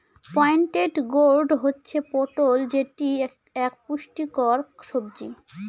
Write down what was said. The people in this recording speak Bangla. পয়েন্টেড গোর্ড হচ্ছে পটল যেটি এক পুষ্টিকর সবজি